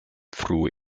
frue